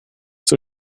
zur